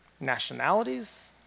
nationalities